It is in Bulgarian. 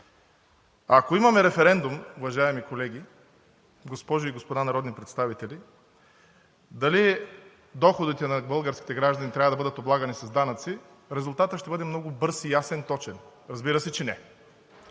Ако имаме референдум, уважаеми колеги, госпожи и господа народни представители, дали доходите на българските граждани трябва да бъдат облагани с данъци, резултатът ще бъде много бърз, ясен и точен. Разбира се, че не.